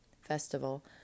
festival